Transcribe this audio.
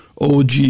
OG